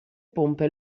pompe